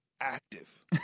active